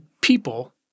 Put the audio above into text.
people